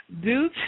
Due